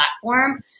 platform